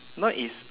now is